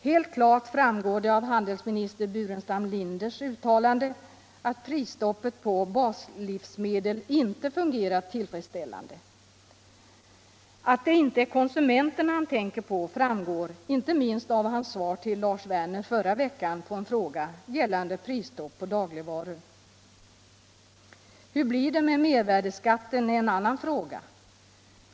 Helt klart framgår det av handelsminister Burenstam Linders uttalande att prisstoppet på baslivsmedel inte fungerat tillfredsställande. Att det inte är konsumenterna han tänker på framgår inte minst av hans svar till Lars Werner förra veckan på en fråga gällande prisstopp på dagligvaror. Hur det blir med mervärdeskatten är en annan fråga.